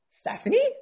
Stephanie